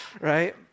Right